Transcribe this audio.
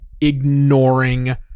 ignoring